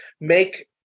make